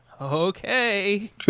Okay